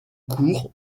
cours